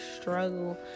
struggle